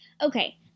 Okay